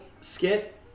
skit